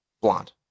blonde